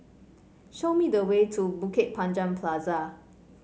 show me the way to Bukit Panjang Plaza